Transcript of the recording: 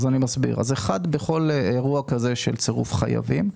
בכל אירוע של צירוף חייבים,